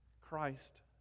Christ